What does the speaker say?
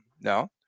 no